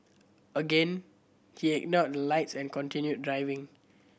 again he ignored the lights and continued driving